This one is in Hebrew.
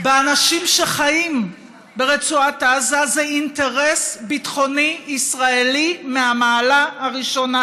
באנשים שחיים ברצועת עזה זה אינטרס ביטחוני ישראלי מהמעלה הראשונה.